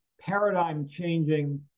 paradigm-changing